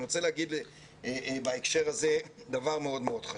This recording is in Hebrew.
רוצה להגיד בהקשר הזה דבר מאוד מאוד חשוב.